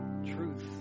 truth